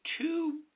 two